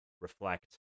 reflect